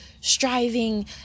striving